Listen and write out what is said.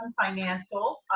Financial